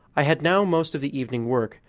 i had now most of the evening work,